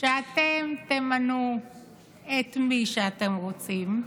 שאתם תמנו את מי שאתם רוצים,